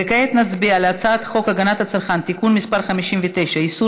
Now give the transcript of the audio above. וכעת נצביע על הצעת חוק הגנת הצרכן (תיקון מס' 59) (איסור